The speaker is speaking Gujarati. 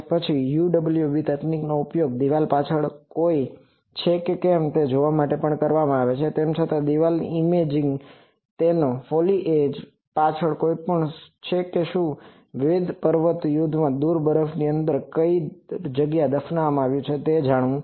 પછી UWB તકનીકનો ઉપયોગ દિવાલની પાછળ કોઈ છે કે કેમ તે જોવા માટે કરવામાં આવે છે તેમ છતાં દિવાલની ઇમેજિંગ તેને ફોલીએજ Foliageપર્ણસમૂહ પાછળની કોઈ પણ છે કે શું તે વિવિધ પર્વત યુદ્ધમાં દુર બરફની અંદર કઈ દફનાવવામાં આવ્યું છે તે જરૂરી જાણવું છે